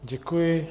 Děkuji.